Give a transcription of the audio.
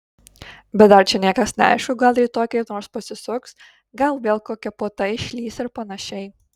bet dar čia niekas neaišku gal rytoj kaip nors pasisuks gal vėl kokia puota išlįs ir panašiai